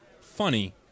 funny